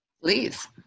please